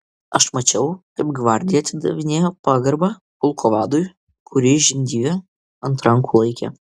aš mačiau kaip gvardija atidavinėjo pagarbą pulko vadui kurį žindyvė ant rankų laikė